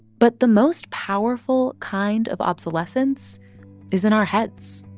but the most powerful kind of obsolescence is in our heads.